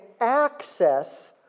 access